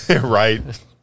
right